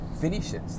finishes